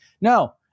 No